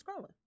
scrolling